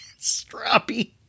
Strappy